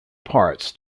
parts